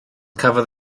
cafodd